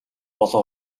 олон